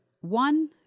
one